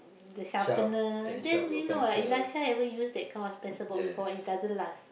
the sharpener then you know like Elisha never use that kind of pencil box before and it doesn't last